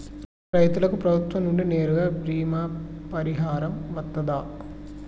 రైతులకు ప్రభుత్వం నుండి నేరుగా బీమా పరిహారం వత్తదా?